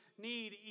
need